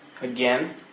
again